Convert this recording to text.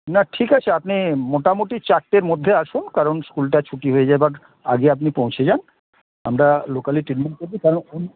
না ঠিক আছে আপনি মোটামোটি চারটের মধ্যে আসুন কারণ স্কুলটা ছুটি হয়ে যাওয়ার আগে আপনি পৌঁছে যান আমরা লোকালি ট্রিটমেন্ট করেছি কারণ